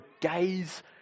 gaze